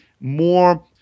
more